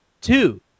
Two